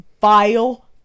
vile